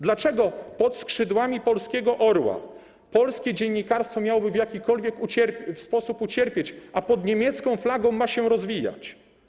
Dlaczego pod skrzydłami polskiego orła polskie dziennikarstwo miałoby w jakikolwiek sposób ucierpieć, a pod niemiecką flagą ma się rozwijać?